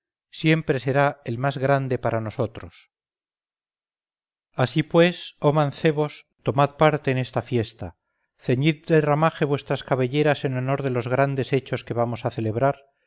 siempre será el más grande para nosotros así pues oh mancebos tomad parte en esta fiesta ceñid de ramaje vuestras cabelleras en honor de los grandes hechos que vamos a celebrar